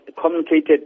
communicated